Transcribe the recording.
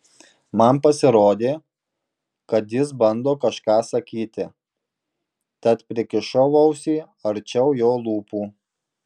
man pasirodė kad jis bando kažką sakyti tad prikišau ausį arčiau jo lūpų